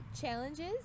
challenges